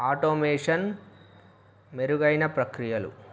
automation మెరుగైన ప్రక్రియలు